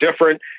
different